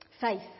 Faith